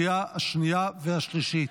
לקריאה השנייה והשלישית.